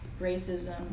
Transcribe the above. racism